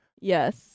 Yes